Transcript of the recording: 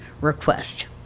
request